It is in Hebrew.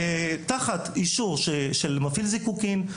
תחת אישור של מפעיל זיקוקים,